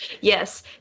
Yes